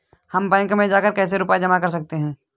हम बैंक में जाकर कैसे रुपया जमा कर सकते हैं?